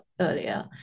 earlier